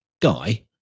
Guy